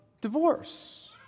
divorce